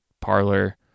parlor